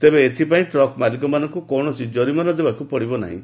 ତେବେ ଏଥିପାଇ ଟ୍ରକ୍ ମାଲିକମାନଙ୍କୁ କୌଣସି ଜରିମାନା ଦେବାକୁ ପଡ଼ିବ ନାହିଁ